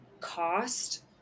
cost